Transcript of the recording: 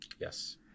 Yes